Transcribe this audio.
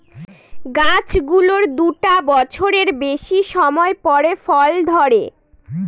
গাছ গুলোর দুটা বছরের বেশি সময় পরে ফল ধরে